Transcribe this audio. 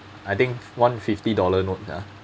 I think one fifty dollar note ah